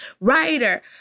writer